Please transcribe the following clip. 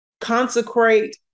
consecrate